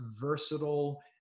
versatile